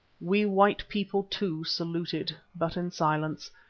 we white people too saluted, but in silence,